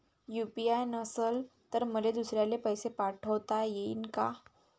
UPI नसल तर मले दुसऱ्याले पैसे पाठोता येईन का?